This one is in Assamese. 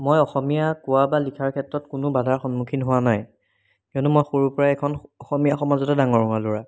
মই অসমীয়া কোৱা বা লিখাৰ ক্ষেত্ৰত কোনো বাধাৰ সন্মুখীন হোৱা নাই কিয়নো মই সৰুৰ পৰাই এখন অসমীয়া সমাজতে ডাঙৰ হোৱা ল'ৰা